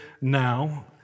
now